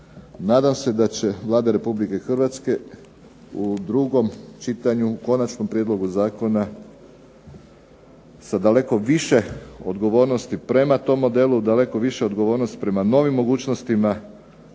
Nadam se da će Vlada Republike Hrvatske u drugom čitanju u konačnom prijedlogu zakona sa daleko više odgovornosti prema tom modelu, daleko više odgovornosti prema novim mogućnostima